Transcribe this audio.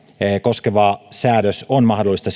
koskeva säädös on mahdollista